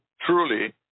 truly